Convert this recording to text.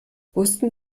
wussten